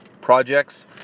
projects